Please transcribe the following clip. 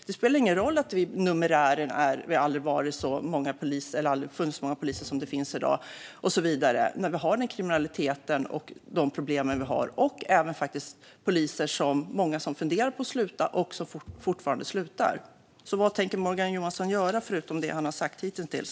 Det spelar ingen roll att det aldrig har funnits så många poliser som det finns i dag när vi har den kriminalitet och de problem som vi har samt många poliser som funderar på att sluta eller faktiskt slutar. Vad tänker Morgan Johansson göra förutom det han har sagt hittills?